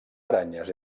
aranyes